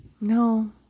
No